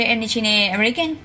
American